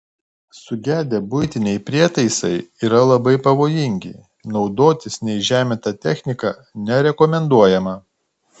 sugedę buitiniai prietaisai yra labai pavojingi naudotis neįžeminta technika nerekomenduojama